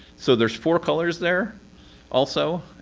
so there's four colors there also.